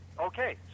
Okay